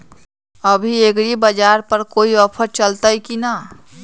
अभी एग्रीबाजार पर कोई ऑफर चलतई हई की न?